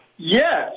Yes